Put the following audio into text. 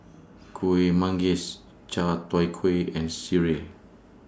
Kuih Manggis Chai Tow Kway and Sireh